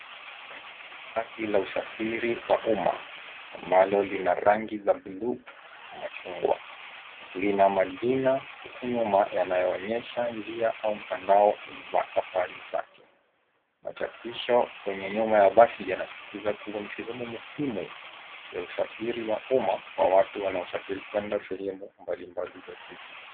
Basi la usafiri wa uma ambalo lina rangi za blue na machungwa lina majina huku nyuma yanayoonyesha njia au mtandao wa safari zake. Machapisho kwenye nyuma ya basi yanasisitiza kuwa ni sehemu muhimu ya usafiri wa uma kwa watu wanaosafiri kwenda sehemu mbalimbali za jiji.